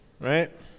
right